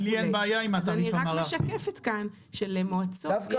אז אני רק משקפת כאן שלמועצות יש סמכויות --- דווקא